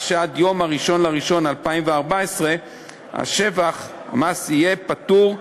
שעד יום 1 בינואר 2014 מס השבח יהיה פטור,